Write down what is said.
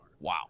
Wow